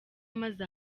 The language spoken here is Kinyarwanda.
maze